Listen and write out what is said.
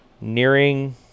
Nearing